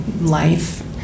life